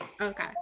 Okay